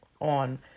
on